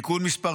(תיקון מס'